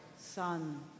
Son